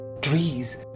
Trees